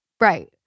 right